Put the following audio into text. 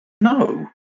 No